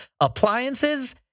appliances